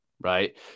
Right